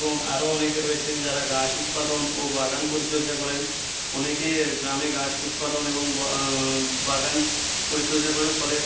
এবং আরো অনেকে রয়েছেন যারা গাছ উৎপাদন ও বাগান পরিচর্যা করেন অনেকে গ্রামে গাছ উৎপাদন এবং বাগান পরিচর্যা করে ফলে